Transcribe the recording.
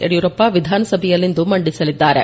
ಯಡಿಯೂರಪ್ಸ ವಿಧಾನಸಭೆಯಲ್ಲಿಂದು ಮಂಡಿಸಲಿದ್ದಾರೆ